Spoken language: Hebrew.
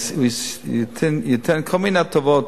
הוא ייתן כל מיני "הטבות",